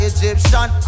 Egyptian